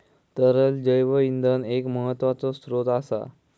तरल जैव इंधन एक महत्त्वाचो स्त्रोत असा